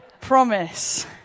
Promise